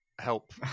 help